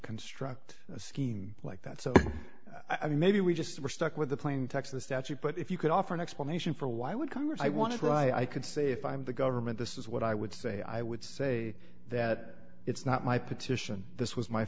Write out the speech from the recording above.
construct a scheme like that so i mean maybe we just we're stuck with the plain text the statute but if you could offer an explanation for why would congress i want to try i could say if i'm the government this is what i would say i would say that it's not my petition this was my